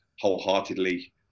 wholeheartedly